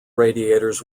radiators